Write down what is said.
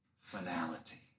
finality